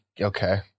okay